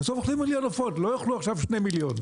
לא אוכלים עכשיו 2 מיליון.